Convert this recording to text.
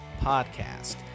Podcast